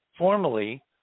Formally